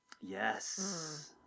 Yes